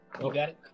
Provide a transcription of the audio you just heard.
Okay